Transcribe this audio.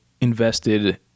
invested